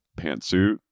pantsuit